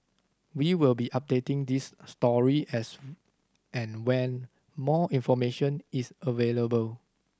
we will be updating this story as and when more information is available